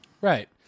Right